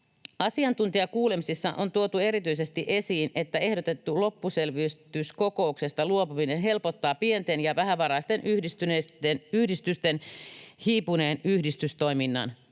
Asiantuntijakuulemisissa on tuotu erityisesti esiin, että ehdotettu loppuselvityskokouksesta luopuminen helpottaa pienten ja vähävaraisten yhdistysten hiipuneen yhdistystoiminnan